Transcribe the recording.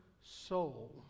soul